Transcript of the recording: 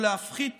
או להפחית